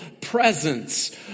presence